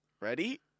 ready